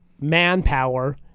manpower